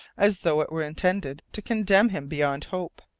as though it were intended to condemn him beyond hope.